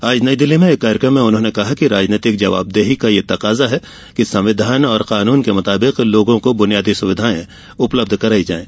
आज नई दिल्ली में एक कार्यकम में कहा कि राजनैतिक जवाबदेही का यह तकाजा है कि संविधान और कानून के मुताबिक लोगों को बूनियादी सुविधाएं उपलब्ध कराई जाये